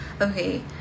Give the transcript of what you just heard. okay